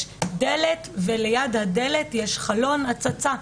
יש דלת, וליד הדלת יש חלון הצצה.